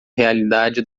realidade